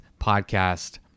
podcast